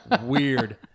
Weird